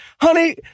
Honey